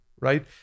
right